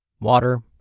water